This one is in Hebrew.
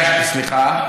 סליחה.